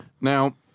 Now